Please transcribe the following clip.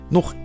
Nog